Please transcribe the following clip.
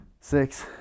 six